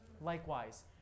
likewise